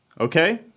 Okay